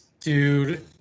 Dude